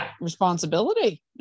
responsibility